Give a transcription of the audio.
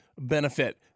benefit